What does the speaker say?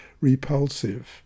repulsive